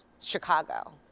Chicago